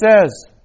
says